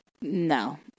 No